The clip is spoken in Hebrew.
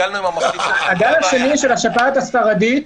הגל השני של השפעת הספרדית -- רגע,